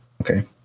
Okay